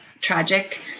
tragic